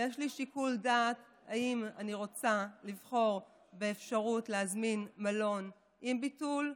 ויש לי שיקול דעת אם לבחור באפשרות להזמין מלון עם ביטול,